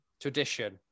tradition